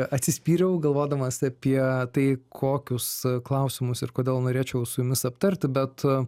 atsispyriau galvodamas apie tai kokius klausimus ir kodėl norėčiau su jumis aptarti bet